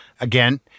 Again